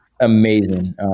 amazing